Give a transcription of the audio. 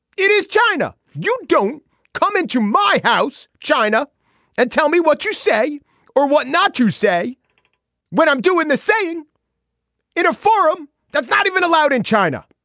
it is china. you don't come into my house china and tell me what you say or what not to say when i'm doing the same in a forum that's not even allowed in china.